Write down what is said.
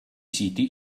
siti